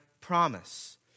promise